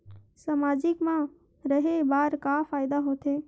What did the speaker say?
सामाजिक मा रहे बार का फ़ायदा होथे?